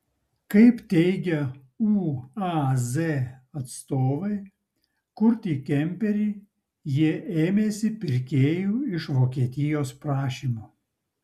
kaip teigia uaz atstovai kurti kemperį jie ėmėsi pirkėjų iš vokietijos prašymu